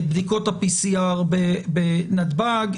את בדיקות ה-PCR בנתב"ג,